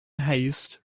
haste